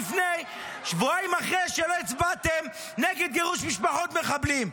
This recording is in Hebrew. אחרי שהצבעתם נגד גירוש משפחות מחבלים,